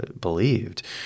believed